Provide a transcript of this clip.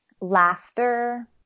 laughter